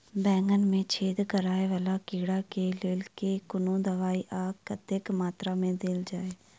बैंगन मे छेद कराए वला कीड़ा केँ लेल केँ कुन दवाई आ कतेक मात्रा मे देल जाए?